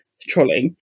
trolling